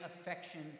affection